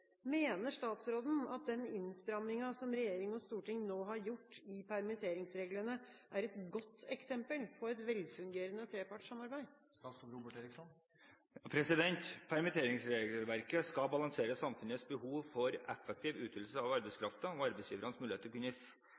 Mener statsråden at den innstramminga som regjering og storting nå har gjort i permitteringsreglene, er et godt eksempel på et velfungerende trepartssamarbeid?» Permitteringsregelverket skal balansere samfunnets behov for effektiv utnyttelse av arbeidskraften og arbeidsgivernes mulighet til